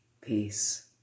Peace